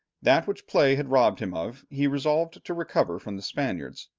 that which play had robbed him of, he resolved to recover from the spaniards.